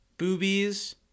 Boobies